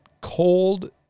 cold